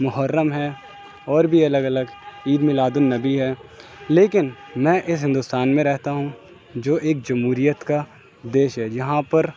محرم ہے اور بھی الگ الگ عید میلاد النبی ہے لیکن میں اس ہندوستان میں رہتا ہوں جو ایک جمہوریت کا دیش ہے جہاں پر